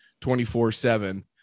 24-7